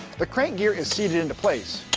the crank gear is seated into place.